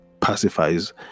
pacifies